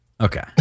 Okay